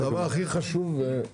הדבר הכי חשוב זה